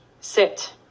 Sit